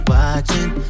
Watching